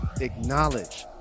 acknowledge